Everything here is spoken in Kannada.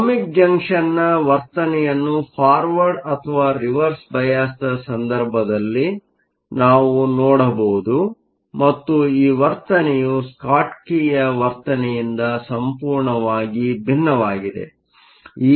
ಓಹ್ಮಿಕ್ ಜಂಕ್ಷನ್ನ ವರ್ತನೆಯನ್ನು ಫಾರ್ವರ್ಡ್ ಅಥವಾ ರಿವರ್ಸ್ ಬಯಾಸ್ನ ಸಂದರ್ಭದಲ್ಲಿ ನಾವು ನೋಡಬಹುದು ಮತ್ತು ಈ ವರ್ತನೆಯು ಸ್ಕಾಟ್ಕಿಯ ವರ್ತನೆಯಿಂದ ಸಂಪೂರ್ಣವಾಗಿ ಭಿನ್ನವಾಗಿದೆ